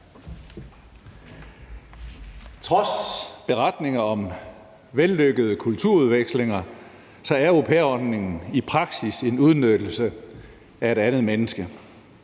Trods beretninger om vellykkede kulturudvekslinger er au pair-ordningen i praksis en udnyttelse af et andet menneske.